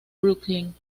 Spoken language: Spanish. brooklyn